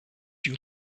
you